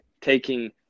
taking